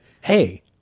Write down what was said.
hey